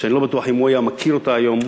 שאני לא בטוח אם הוא היה מכיר אותה היום,